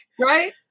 right